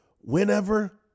whenever